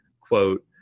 quote